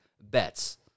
bets